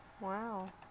wow